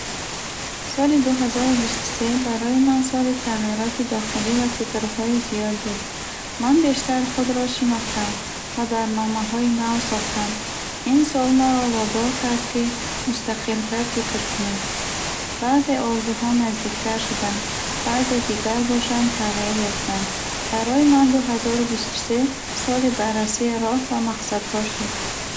Соли дуҳазору бисту се барои ман соли тағйироти дохилӣ ва фикрҳои зиёд буд. Ман бештар худро шинохтам ва барномаҳои нав сохтам. Ин сол маро водор кард, ки мустақилтар фикр кунам. Баъзе орзуҳо наздиктар шуданд, баъзе дигар бошанд тағйир ёфтанд. Барои ман дуҳазору бисту се соли баррасии роҳ ва мақсадҳо шуд.